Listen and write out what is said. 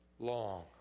Long